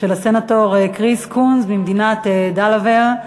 של הסנטור כריס קונס ממדינת דלוור.